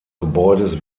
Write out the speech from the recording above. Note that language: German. gebäudes